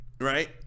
Right